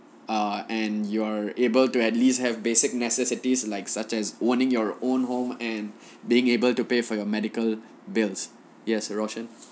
ah and you're able to at least have basic necessities like such as owning your own home and being able to pay for your medical bills yes erocient